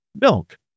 milk